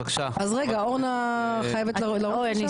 אז רגע, אורנה חייבת לרוץ לשם.